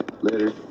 Later